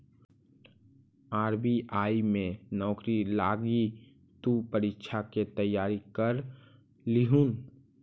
RBI में नौकरी लागी तु परीक्षा के तैयारी कर लियहून